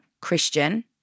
christian